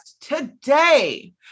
Today